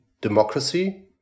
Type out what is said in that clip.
democracy